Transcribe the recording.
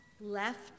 left